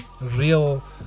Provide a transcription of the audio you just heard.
real